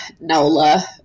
Nola